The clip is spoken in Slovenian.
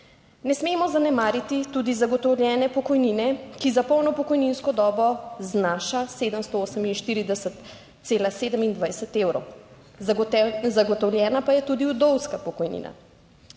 Ne smemo zanemariti tudi zagotovljene pokojnine, ki za polno pokojninsko dobo znaša 748,27 evrov. Zagotovljena pa je tudi vdovska pokojnina.